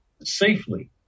safely